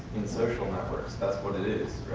social networks. that's what it is,